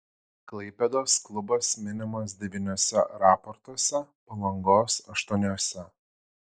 klaipėdos klubas minimas devyniuose raportuose palangos aštuoniuose